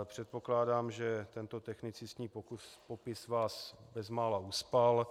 Předpokládám, že tento technicistní popis vás bezmála uspal.